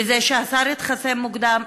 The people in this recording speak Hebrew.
בזה שהשר התחסן מוקדם,